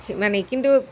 মানে কিন্তু